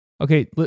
Okay